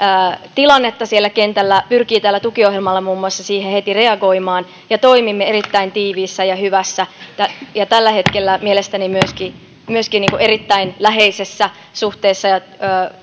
tilannetta siellä kentällä pyrkii tällä tukiohjelmalla muun muassa siihen heti reagoimaan toimimme erittäin tiiviissä ja hyvässä ja ja tällä hetkellä mielestäni myöskin myöskin erittäin läheisessä suhteessa ja